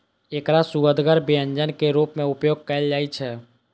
एकरा सुअदगर व्यंजन के रूप मे उपयोग कैल जाइ छै